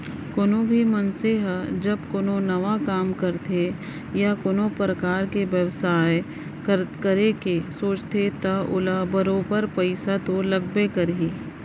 कोनो भी मनसे ह जब कोनो नवा काम करथे या कोनो परकार के बयपार बेवसाय करे के सोचथे त ओला बरोबर पइसा तो लागबे करही